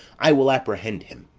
i will apprehend him.